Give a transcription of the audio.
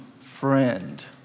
Friend